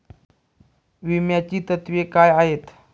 विम्याची तत्वे काय आहेत?